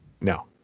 No